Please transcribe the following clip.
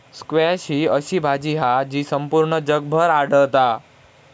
squash ही अशी भाजी हा जी संपूर्ण जगभर आढळता